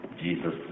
Jesus